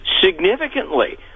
significantly